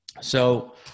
So-